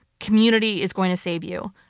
community is going to save you.